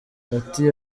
ati